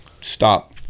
stop